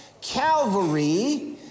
Calvary